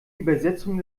übersetzung